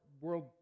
world